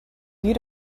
you